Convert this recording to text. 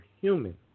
human